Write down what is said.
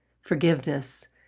forgiveness